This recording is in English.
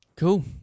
Cool